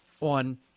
on